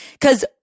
Cause